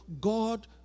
God